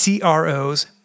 CROs